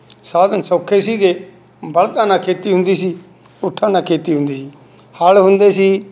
ਸਾਧਨ ਸੌਖੇ ਸੀਗੇ ਬਲਦਾਂ ਨਾਲ ਖੇਤੀ ਹੁੰਦੀ ਸੀ ਊਠਾਂ ਨਾਲ ਖੇਤੀ ਹੁੰਦੀ ਸੀ ਹਲ ਹੁੰਦੇ ਸੀ